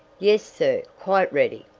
yes, sir, quite ready.